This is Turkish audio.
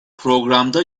programda